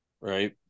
right